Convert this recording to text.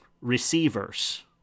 receivers